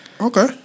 Okay